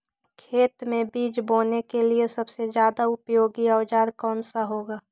खेत मै बीज बोने के लिए सबसे ज्यादा उपयोगी औजार कौन सा होगा?